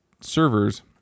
servers